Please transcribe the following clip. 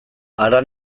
hara